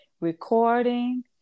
recording